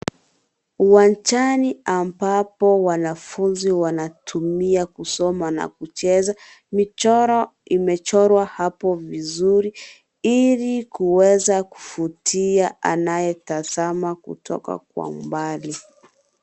Uwanjani ambapo wanafunzi wanatumia kusoma na kucheza. Michoro imechorwa hapo vizuri ili kuweza kuvutia anayetazama kutoka kwa umbali.